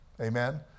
Amen